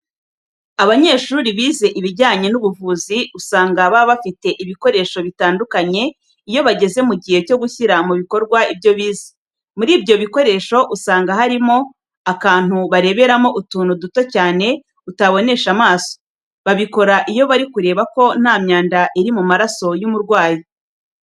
Abanyeshuri bize ibijyanye n'ubuvuzi usanga baba bafite ibikoresho bitandukanye iyo bageze mu gihe cyo gushyira mu bikorwa ibyo bize, muri ibyo bikoresho usanga harimo, akantu bareberamo utuntu duto cyane utabonesha amaso. Babikora iyo bari kureba ko nta myanda iri mu maraso y'umurwayi.